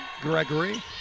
Gregory